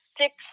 six